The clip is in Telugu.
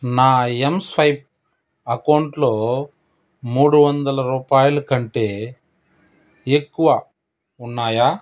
నా ఎమ్ స్వైప్ అకౌంటులో మూడు వందల రూపాయలు కంటే ఎక్కువ ఉన్నాయా